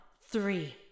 Three